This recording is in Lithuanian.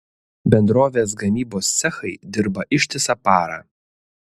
bendrovės gamybos cechai dirba ištisą parą